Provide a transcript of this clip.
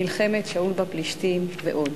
מלחמת שאול בפלישתים ועוד.